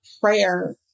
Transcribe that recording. prayer